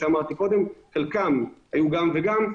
חלקם היו גם וגם,